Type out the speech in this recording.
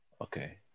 Okay